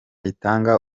itanga